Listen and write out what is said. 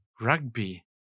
Rugby